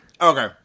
Okay